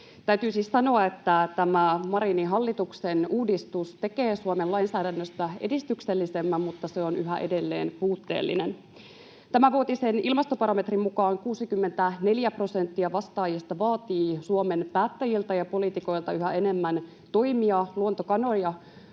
Täytyy siis sanoa, että tämä Marinin hallituksen uudistus tekee Suomen lainsäädännöstä edistyksellisemmän, mutta se on yhä edelleen puutteellinen. Tämänvuotisen ilmastobarometrin mukaan 64 prosenttia vastaajista vaatii Suomen päättäjiltä ja poliitikoilta yhä enemmän toimia luontokadon